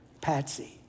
Patsy